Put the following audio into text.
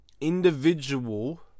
individual